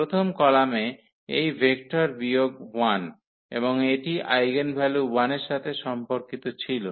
প্রথম কলামে এই ভেক্টর বিয়োগ 1 এবং এটি আইগেনভ্যালু 1 এর সাথে সম্পর্কিত ছিল